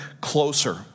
closer